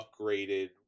upgraded